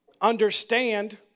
understand